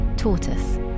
tortoise